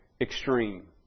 extreme